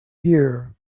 year